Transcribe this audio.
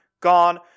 gone